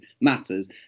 matters